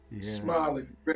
smiling